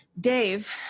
Dave